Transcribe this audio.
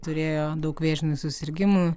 turėjo daug vėžinių susirgimų